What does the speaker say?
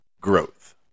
growth